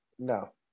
no